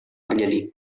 terjadi